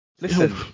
Listen